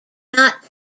not